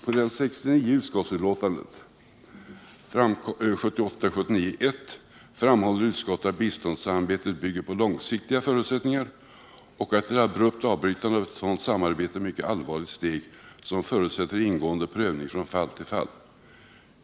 På s. 69 i utrikesutskottets betänkande 1978/79:1 framhöll utskottet att ”biståndssamarbete bygger på långsiktiga förutsättningar och att ett abrupt avbrytande av sådant samarbete är ett mycket allvarligt steg som förutsätter en ingående prövning från fall till fall”.